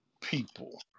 people